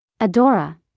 Adora